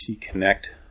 Connect